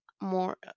more